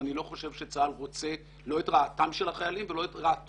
ואני לא חושב שצה"ל רוצה ברעת החיילים או ברעת